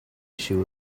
issue